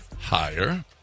Higher